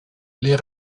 les